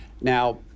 Now